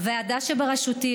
הוועדה שבראשותי,